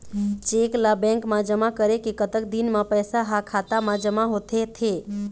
Cheque ला bank मा जमा करे के कतक दिन मा पैसा हा खाता मा जमा होथे थे?